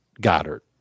Goddard